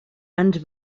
ens